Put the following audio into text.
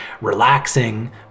relaxing